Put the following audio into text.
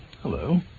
Hello